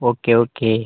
okay okay